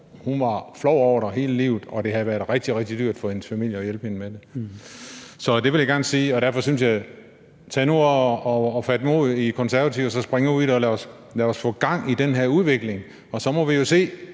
Hun var flov over det hele livet, og det havde været rigtig, rigtig dyrt for hendes familie at hjælpe hende med det. Det vil jeg gerne sige. Derfor synes jeg, at man nu skal tage og fatte mod i Konservative og så springe ud af det. Lad os få gang i den her udvikling. Og så må vi jo se,